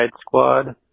Squad